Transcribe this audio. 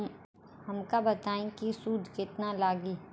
हमका बताई कि सूद केतना लागी?